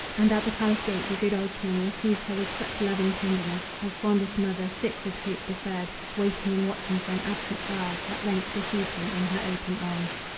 and at the palace gate the good old king receives her with such loving tenderness, as fondest mother, sick with hope deferred, waiting and watching for an absent child, at length receives him in her open arms.